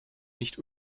nicht